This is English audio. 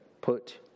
put